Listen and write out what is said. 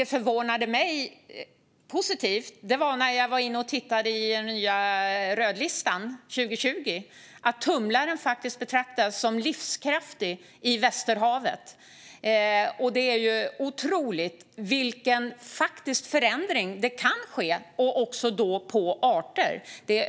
När jag tittade i den nya rödlistan för 2020 förvånade det mig positivt att tumlaren faktiskt betraktas som livskraftig i Västerhavet. Det är otroligt vilken faktisk förändring som kan ske, och då också på arter.